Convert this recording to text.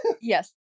Yes